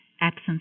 absence